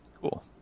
cool